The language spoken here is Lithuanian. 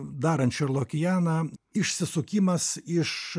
darančių ir lokijaną išsisukimas iš